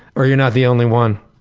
or you're not the only one.